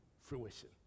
fruition